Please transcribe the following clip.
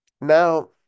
Now